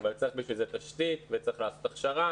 אבל צריך בשביל זה תשתית וצריך לעשות הכשרה